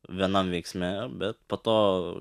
vienam veiksme bet po to